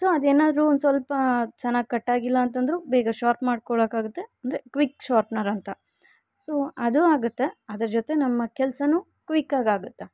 so ಅದೇನಾರು ಒಂದು ಸ್ವಲ್ಪ ಚೆನ್ನಾಗ್ ಕಟ್ಟಾಗಿಲ್ಲ ಅಂತಂದ್ರೂ ಬೇಗ ಶಾರ್ಪ್ ಮಾಡ್ಕೊಳ್ಳೊಕ್ಕಾಗುತ್ತೆ ಅಂದರೆ ಕ್ವಿಕ್ ಶಾರ್ಪ್ನರ್ ಅಂತ ಸೊ ಅದೂ ಆಗುತ್ತೆ ಅದ್ರ ಜೊತೆ ನಮ್ಮ ಕೆಲ್ಸ ಕ್ವಿಕ್ಕಗಾಗುತ್ತ